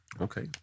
okay